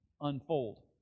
unfold